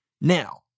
Now